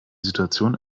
situation